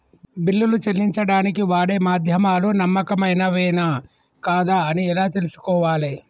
బిల్లులు చెల్లించడానికి వాడే మాధ్యమాలు నమ్మకమైనవేనా కాదా అని ఎలా తెలుసుకోవాలే?